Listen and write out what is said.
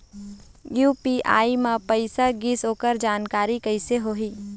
UPI म पैसा गिस ओकर जानकारी कइसे होही?